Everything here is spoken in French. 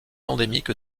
endémique